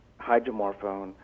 hydromorphone